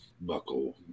buckle